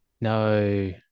No